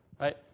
right